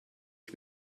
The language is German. ich